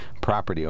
property